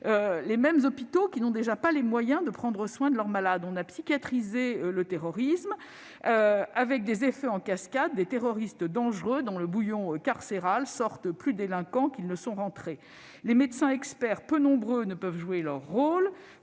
ces établissements n'ont déjà pas les moyens de prendre soin de leurs malades. On a psychiatrisé le terrorisme avec des effets en cascade : des terroristes dangereux plongés dans le bouillon carcéral sortent plus délinquants qu'ils ne sont entrés. Les médecins experts, peu nombreux, ne peuvent jouer leur rôle.